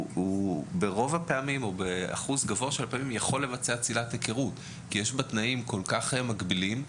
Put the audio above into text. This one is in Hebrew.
ברוב הפעמים יכולים לבצע צלילת היכרות כי יש תנאים כל כך מגבילים.